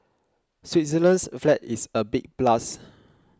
Switzerland's flag is a big plus